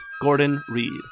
Gordon-Reed